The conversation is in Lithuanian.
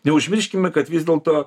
neužmirškime kad vis dėlto